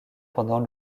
pendant